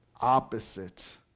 opposite